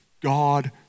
God